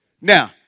Now